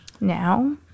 now